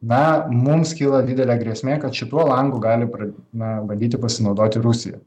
na mums kyla didelė grėsmė kad šituo langu gali pra na bandyti pasinaudoti rusija